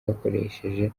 bakoresheje